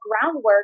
groundwork